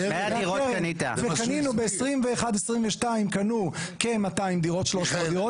וקנינו ב-2021-2022 כ-200-300 דירות,